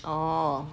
oh